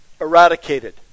eradicated